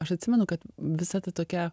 aš atsimenu kad visa ta tokia